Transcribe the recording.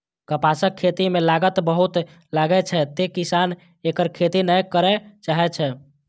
कपासक खेती मे लागत बहुत लागै छै, तें किसान एकर खेती नै करय चाहै छै